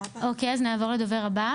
נעבור לדובר הבא